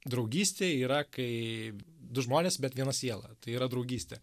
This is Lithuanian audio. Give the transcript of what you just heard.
draugystė yra kai du žmonės bet viena siela tai yra draugystė